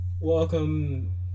Welcome